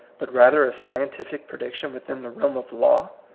but rather a scientific prediction within the realm of law,